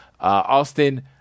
Austin